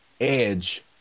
edge